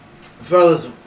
Fellas